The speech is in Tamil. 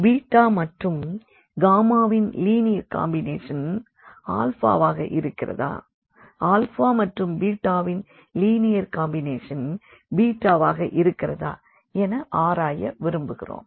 இப்போது மற்றும் ன் லீனியர் காம்பினேஷன் ஆக இருக்கிறதா மற்றும் ன் லீனியர் காம்பினேஷன் ஆக இருக்கிறதா என ஆராய விரும்புகிறோம்